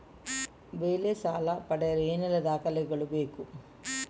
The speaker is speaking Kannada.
ಬೆಳೆ ಸಾಲ ಪಡೆಯಲು ಏನೆಲ್ಲಾ ದಾಖಲೆಗಳು ಬೇಕು?